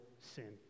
sin